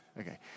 Okay